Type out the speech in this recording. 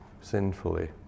sinfully